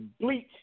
bleach